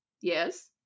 Yes